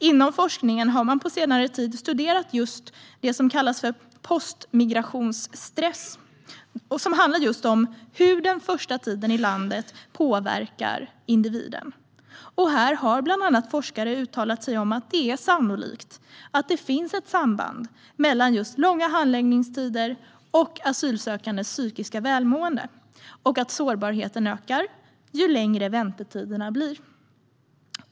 Inom forskningen har man på senare tid studerat just det som kallas för postmigrationsstress. Den handlar om hur den första tiden i landet påverkar individen. Här har bland annat forskare uttalat sig om att det är sannolikt att det finns ett samband mellan långa handläggningstider och asylsökandes psykiska välmående, och att sårbarheten ökar ju längre väntetiderna blir.